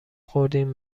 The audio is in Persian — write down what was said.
خوردیم